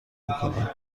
میکنن